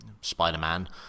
spider-man